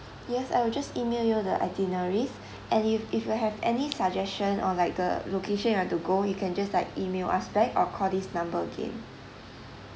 yes I will just email you the itineraries and if if you have any suggestion or like the location you want to go you can just like email us back or call this number again